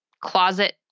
closet